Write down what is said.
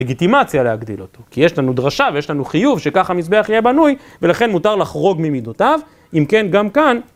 לגיטימציה להגדיל אותו, כי יש לנו דרשה ויש לנו חיוב שככה מזבח יהיה בנוי ולכן מותר לחרוג ממידותיו, אם כן גם כאן.